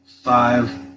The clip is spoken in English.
five